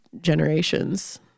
generations